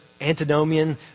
antinomian